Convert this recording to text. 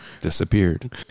disappeared